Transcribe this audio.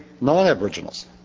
non-Aboriginals